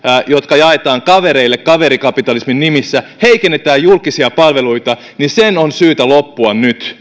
jotka jaetaan kavereille kaverikapitalismin nimissä heikennetään julkisia palveluita on syytä loppua nyt